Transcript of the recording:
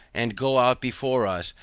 and go out before us,